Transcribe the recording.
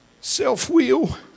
self-will